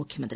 മുഖ്യമന്തി